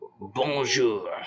Bonjour